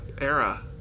era